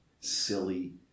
silly